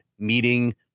Meeting